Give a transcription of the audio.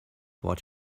what